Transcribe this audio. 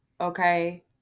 Okay